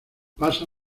pasa